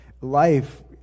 life